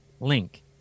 Link